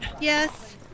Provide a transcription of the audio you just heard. Yes